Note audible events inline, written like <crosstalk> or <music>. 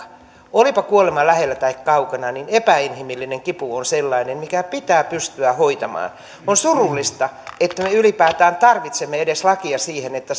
olipa kuolema lähellä tai kaukana niin epäinhimillinen kipu on sellainen mikä pitää pystyä hoitamaan on surullista että me ylipäätään edes tarvitsemme lakia siihen että <unintelligible>